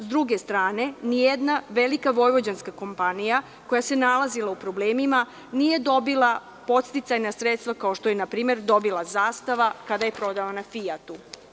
S druge strane, ni jedna velika vojvođanska kompanija koja se nalazila u problemima, nije dobila podsticajna sredstva, kao što je npr. dobila „Zastava“, kada je prodata „Fijatu“